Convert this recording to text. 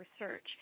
research